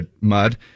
mud